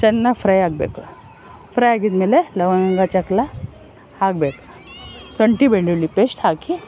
ಚೆನ್ನಾಗಿ ಫ್ರೈ ಆಗಬೇಕು ಫ್ರೈ ಆಗಿದ್ಮೇಲೆ ಲವಂಗ ಚಕ್ಕೆ ಹಾಕಬೇಕು ಶುಂಠಿ ಬೆಳ್ಳುಳ್ಳಿ ಪೇಸ್ಟ್ ಹಾಕಿ